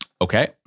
Okay